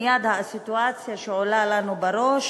מייד הסיטואציה שעולה לנו בראש